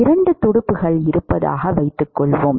2 துடுப்புகள் இருப்பதாக வைத்துக்கொள்வோம்